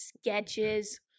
Sketches